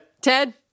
Ted